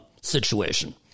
situation